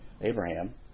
Abraham